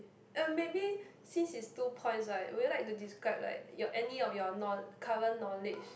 uh maybe since it's two points right would you like to describe like your any of your know~ current knowledge